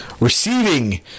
Receiving